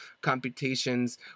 computations